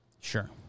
Sure